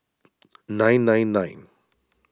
nine nine nine